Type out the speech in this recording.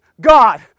God